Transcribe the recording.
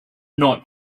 not